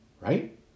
right